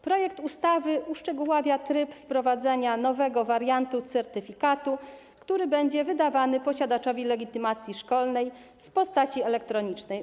Projekt ustawy uszczegóławia tryb wprowadzenia nowego wariantu certyfikatu, który będzie wydawany posiadaczowi legitymacji szkolnej w postaci elektronicznej.